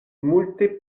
multe